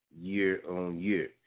year-on-year